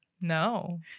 no